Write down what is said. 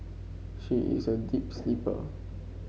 she is a deep sleeper